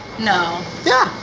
no. yeah,